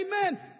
amen